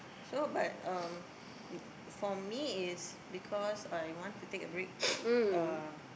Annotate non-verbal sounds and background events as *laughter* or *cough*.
so but um for me is because I want to take a break *noise* uh